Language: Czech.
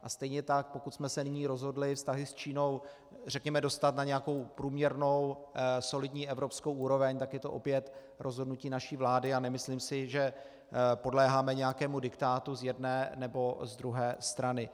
A stejně tak pokud jsme se nyní rozhodli vztahy s Čínou, řekněme, dostat na nějakou průměrnou solidní evropskou úroveň, tak je to opět rozhodnutí naší vlády, a nemyslím si, že podléháme nějakému diktátu z jedné nebo z druhé strany.